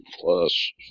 plus